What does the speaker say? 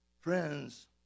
Friends